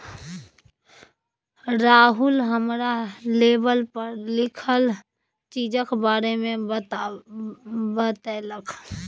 राहुल हमरा लेवल पर लिखल चीजक बारे मे बतेलक